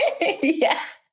yes